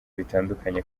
bitandukanye